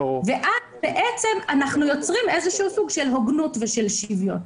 ואז אנחנו יוצרים סוג של הוגנות ושל שוויון.